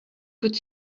could